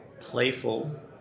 Playful